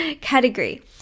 Category